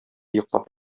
йоклап